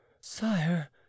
sire